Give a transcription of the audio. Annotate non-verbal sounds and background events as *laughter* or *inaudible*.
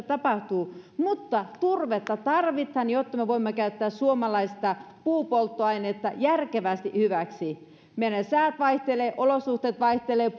*unintelligible* tapahtuu mutta turvetta tarvitaan jotta me voimme käyttää suomalaista puupolttoainetta järkevästi hyväksi meillä säät vaihtelevat olosuhteet vaihtelevat *unintelligible*